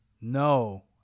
no